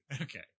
Okay